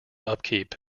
upkeep